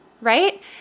right